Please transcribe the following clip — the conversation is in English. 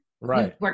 right